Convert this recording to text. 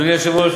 אדוני היושב-ראש,